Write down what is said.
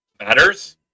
matters